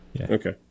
Okay